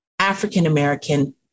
African-American